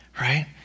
right